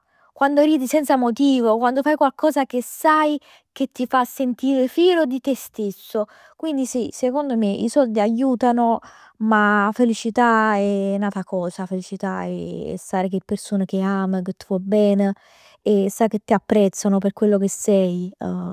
Quando ridi senza motivo, quando fai qualcosa che sai che ti fa sentire fiero di te stesso. Quindi sì secondo me i soldi aiutano, ma 'a felicità è n'ata cosa, 'a felicità è stare cu 'e person che ami, ca tu vuò ben, che sai che t'apprezzano p' chell che sei.